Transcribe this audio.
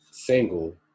Single